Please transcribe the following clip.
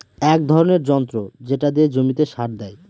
এক ধরনের যন্ত্র যেটা দিয়ে জমিতে সার দেয়